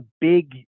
big